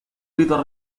gritos